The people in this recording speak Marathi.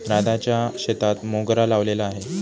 राधाच्या शेतात मोगरा लावलेला आहे